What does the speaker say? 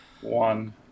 One